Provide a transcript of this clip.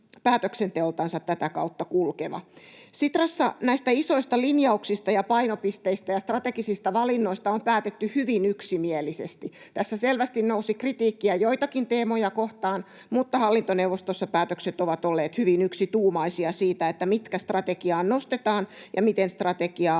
päätöksenteoltansa tätä kautta kulkeva. Sitrassa näistä isoista linjauksista ja painopisteistä ja strategisista valinnoista on päätetty hyvin yksimielisesti. Tässä selvästi nousi kritiikkiä joitakin teemoja kohtaan, mutta hallintoneuvostossa päätökset ovat olleet hyvin yksituumaisia siitä, mitkä strategiaan nostetaan ja miten strategiaa